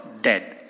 dead